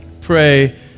pray